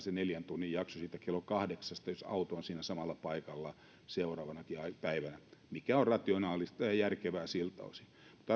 se neljän tunnin jakso aletaan laskemaan uudestaan siitä kello kahdeksasta jos auto on siinä samalla paikalla seuraavanakin päivänä mikä on rationaalista ja järkevää siltä osin arvoisa